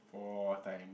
four times